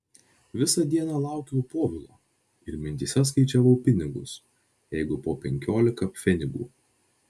visą dieną laukiau povilo ir mintyse skaičiavau pinigus jeigu po penkiolika pfenigų